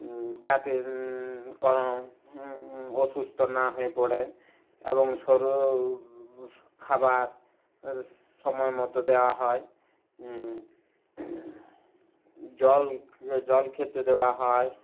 যাতে কোনো অসুস্থ না হয়ে পড়ে এবং সর খাবার সময় মতো দেওয়া হয় জল জল খেতে দেওয়া হয়